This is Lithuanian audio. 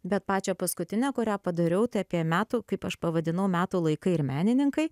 bet pačią paskutinę kurią padariau tai apie metų kaip aš pavadinau metų laikai ir menininkai